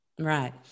Right